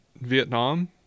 Vietnam